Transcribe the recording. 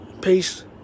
Peace